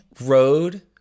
road